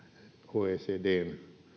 oecdn